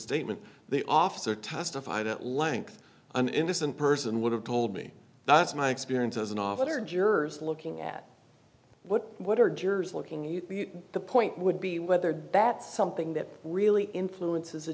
statement the officer testified at length an innocent person would have told me that's my experience as an officer jurors looking at what what are jurors looking you to the point would be whether that's something that really influences